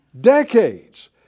Decades